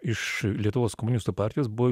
iš lietuvos komunistų partijos buvo